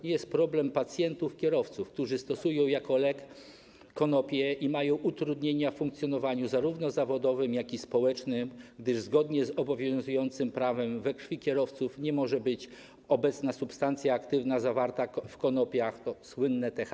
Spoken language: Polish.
Np. jest problem pacjentów kierowców, którzy stosują jako lek konopie i mają utrudnienia w funkcjonowaniu zarówno zawodowym, jak i społecznym, gdyż zgodnie z obowiązującym prawem we krwi kierowców nie może być obecna substancja aktywna zawarta w konopiach, to słynne THC.